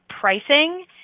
pricing